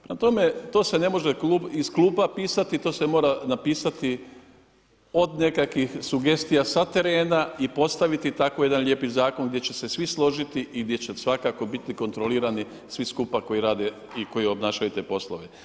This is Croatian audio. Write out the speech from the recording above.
Prema tome, to se ne može iz klupa pisati, to se mora napisati od nekakvih sugestija sa terena i postaviti tako jedan lijepi zakon gdje će svi složiti i gdje će svakako biti kontrolirani svi skupa koji rade i koji obnašaju te poslove.